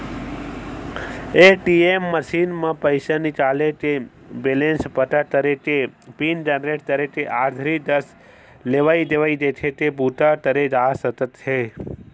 ATM machine म पइसा निकाले के, बेलेंस पता करे के, पिन जनरेट करे के, आखरी दस लेवइ देवइ देखे के बूता करे जा सकत हे